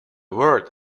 word